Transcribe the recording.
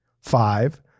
Five